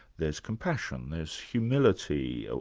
there's compassion, there's humility,